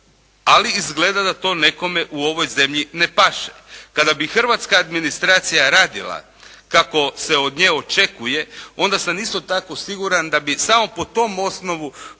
ali izgleda da to nekome u ovoj zemlji ne paše. Kada bi hrvatska adminstracija radila kako se od nje očekuje onda sam isto tako siguran da bi samo po tom osnovu